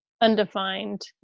undefined